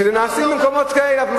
שנעשים במקומות כאלה.